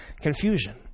confusion